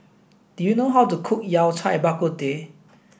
do you know how to cook Yao Cai Bak Kut Teh